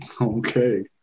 Okay